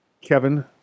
Kevin